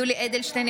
(קוראת בשמות חברי הכנסת) יולי יואל אדלשטיין,